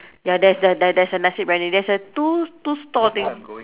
ya there's a there there's a nasi-biryani there's a two two store thing